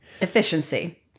Efficiency